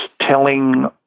telling